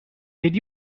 did